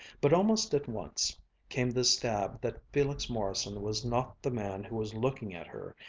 but almost at once came the stab that felix morrison was not the man who was looking at her,